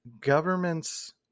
governments